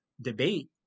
debate